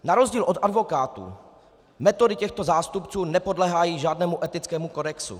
Na rozdíl od advokátů metody těchto zástupců nepodléhají žádnému etickému kodexu.